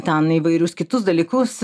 ten įvairius kitus dalykus